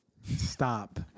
Stop